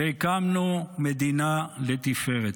והקמנו מדינה לתפארת.